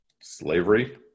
slavery